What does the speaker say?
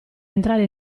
entrare